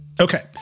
Okay